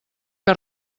que